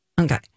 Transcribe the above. Okay